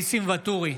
בעד ניסים ואטורי,